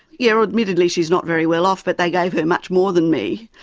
yeah ah admittedly she's not very well off but they gave her much more than me.